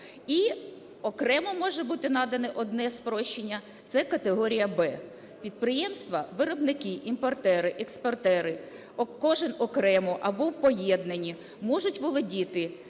і окремо може бути надано одне спрощення – це категорія Б. Підприємства виробники-імпортери, експортери кожний окремо або в поєднанні можуть володіти